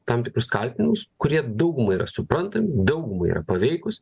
tam tikrus kaltinimus kurie daugumai yra suprantami daugumai yra paveikūs